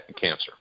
cancer